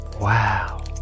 wow